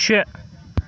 شےٚ